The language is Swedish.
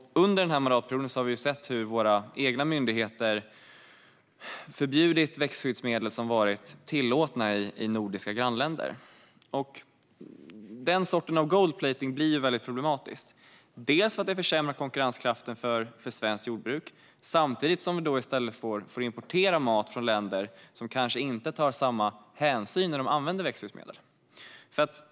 Under den här mandatperioden har vi sett hur våra egna myndigheter förbjudit växtskyddsmedel som varit tillåtna i våra nordiska grannländer. Den sortens gold-plating blir väldigt problematisk. Dels försämrar det konkurrenskraften för svenskt jordbruk, dels får vi samtidigt importera mat från länder som kanske inte tar samma hänsyn när de använder växtskyddsmedel.